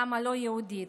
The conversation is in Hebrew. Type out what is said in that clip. גם הלא-יהודית.